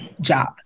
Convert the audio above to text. job